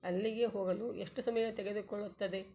ಅಲ್ಲಿಗೆ ಹೋಗಲು ಎಷ್ಟು ಸಮಯ ತೆಗೆದುಕೊಳ್ಳುತ್ತದೆ